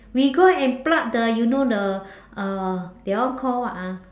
we go and pluck the you know the uh that one call what ah